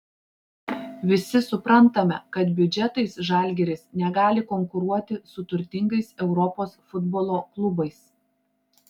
visi suprantame kad biudžetais žalgiris negali konkuruoti su turtingais europos futbolo klubais